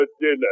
dinner